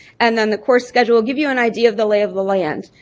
and then the course schedule will give you an idea of the lay of the land.